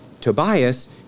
Tobias